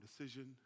decision